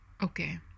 okay